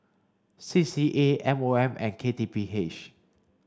C C A M O M and K T P H